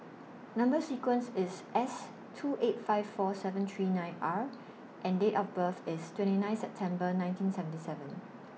Number sequence IS S two eight five four seven three nine R and Date of birth IS twenty nine September nineteen seventy seven